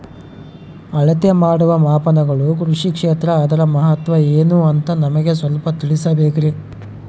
ಅಳತೆ ಮಾಡುವ ಮಾಪನಗಳು ಕೃಷಿ ಕ್ಷೇತ್ರ ಅದರ ಮಹತ್ವ ಏನು ಅಂತ ನಮಗೆ ಸ್ವಲ್ಪ ತಿಳಿಸಬೇಕ್ರಿ?